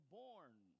born